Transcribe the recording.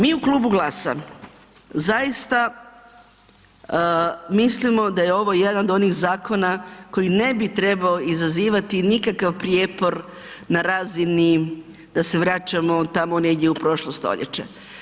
Mi u Klubu GLAS-a zaista mislimo da je ovo jedan od onih zakona koji ne bi trebao izazivati nikakav prijepor na razini da se vraćamo tamo negdje u prošlo stoljeće.